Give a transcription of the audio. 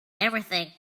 everything